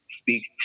speak